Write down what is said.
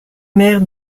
maire